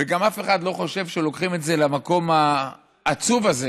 וגם אף אחד לא חושב שלוקחים את זה למקום העצוב הזה